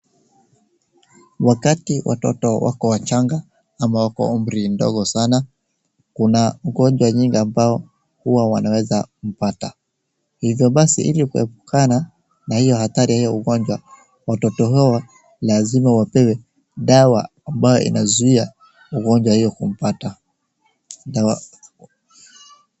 Wakati watoto wako wachanga ama wako umri mdogo sana kuna ugonjwa mingi ambao huwa wanaweza kupata hivyo basi kuepukana na hiyo hatari ya ugonjwa watoto hawa lazima wapewe dawa ambayo inauzia ugonjwa hiyo kumpata.